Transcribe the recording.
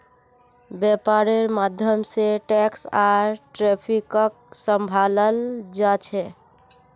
वैपार्र माध्यम से टैक्स आर ट्रैफिकक सम्भलाल जा छे